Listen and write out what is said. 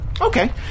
Okay